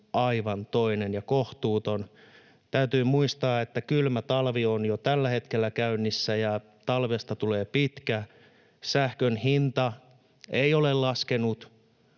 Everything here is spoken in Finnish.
aivan toinen ja kohtuuton. Täytyy muistaa, että kylmä talvi on jo tällä hetkellä käynnissä ja talvesta tulee pitkä. Sähkön hinta ei ole laskenut.